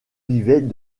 vivaient